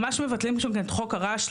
ממש מבטלים שם את חוק הרעש.